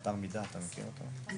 (הישיבה נפסקה בשעה 12:00 ונתחדשה בשעה